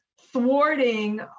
thwarting